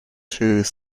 shoes